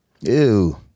Ew